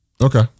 Okay